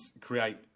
create